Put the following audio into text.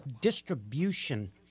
distribution